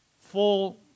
full